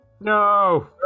No